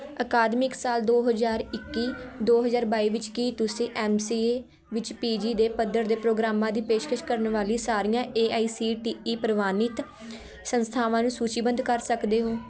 ਅਕਾਦਮਿਕ ਸਾਲ ਦੋ ਹਜ਼ਾਰ ਇੱਕੀ ਦੋ ਹਜ਼ਾਰ ਬਾਈ ਵਿੱਚ ਕੀ ਤੁਸੀਂ ਐੱਮ ਸੀ ਏ ਵਿੱਚ ਪੀ ਜੀ ਦੇ ਪੱਧਰ ਦੇ ਪ੍ਰੋਗਰਾਮਾਂ ਦੀ ਪੇਸ਼ਕਸ਼ ਕਰਨ ਵਾਲੀ ਸਾਰੀਆਂ A I C T E ਪ੍ਰਵਾਨਿਤ ਸੰਸਥਾਵਾਂ ਨੂੰ ਸੂਚੀਬੱਧ ਕਰ ਸਕਦੇ ਹੋ